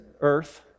earth